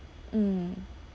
mm